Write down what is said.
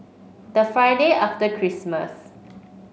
the Friday after Christmas